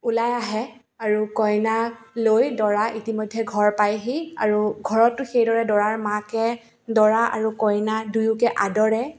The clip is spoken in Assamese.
ওলাই আহে আৰু কইনা লৈ দৰা ইতিমধ্য়ে ঘৰ পায়হি আৰু ঘৰতো সেইদৰে দৰাৰ মাকে দৰা আৰু কইনা দুয়োকে আদৰে